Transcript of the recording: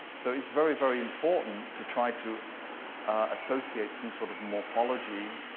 so it's very, very important to try to associate some sort of morphology,